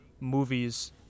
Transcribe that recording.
movies